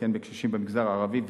וכן בקשישים במגזר הערבי,